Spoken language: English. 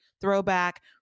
throwback